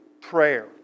prayer